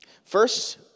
First